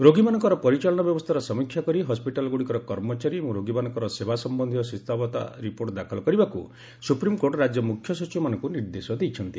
ରୋଗୀମାନଙ୍କର ପରିଚାଳନା ବ୍ୟବସ୍ଥାର ସମୀକ୍ଷା କରି ହସ୍ୱିଟାଲଗୁଡ଼ିକର କର୍ମଚାରୀ ଏବଂ ରୋଗୀମାନଙ୍କର ସେବା ସମ୍ଭନ୍ଧୀୟ ସ୍ଥିତାବସ୍ଥା ରିପୋର୍ଟ ଦାଖଲ କରିବାକୁ ସୁପ୍ରିମ୍କୋର୍ଟ୍ ରାଜ୍ୟ ମୁଖ୍ୟ ସଚିବମାନଙ୍କୁ ନିର୍ଦ୍ଦେଶ ଦେଇଛନ୍ତି